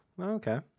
Okay